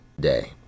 day